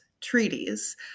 treaties